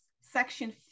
Section